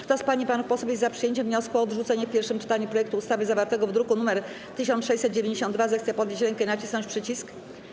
Kto z pań i panów posłów jest za przyjęciem wniosku o odrzucenie w pierwszym czytaniu projektu ustawy zawartego w druku nr 1692, zechce podnieść rękę i nacisnąć przycisk.